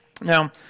Now